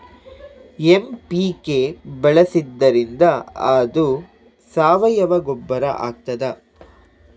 MPK ಬಳಸಿದ್ದರಿಂದ ಅದು ಸಾವಯವ ಗೊಬ್ಬರ ಆಗ್ತದ?